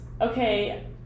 okay